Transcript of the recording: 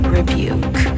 Rebuke